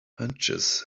hunches